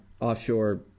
offshore